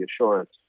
assurance